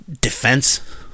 defense